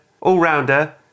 all-rounder